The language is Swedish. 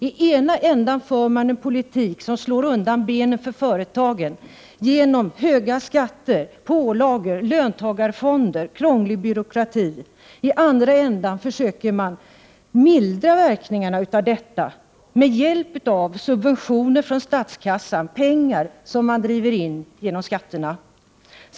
I ena ändan för man en politik som slår undan benen för företagen genom höga skatter, pålagor, löntagarfonder och krånglig byråkrati. I den andra ändan försöker man mildra verkningarna av detta med hjälp av subventioner från statskassan, pengar som man driver in via skatterna.